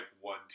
one